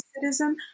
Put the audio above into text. citizen